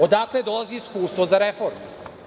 Odakle dolazi iskustvo za reformu?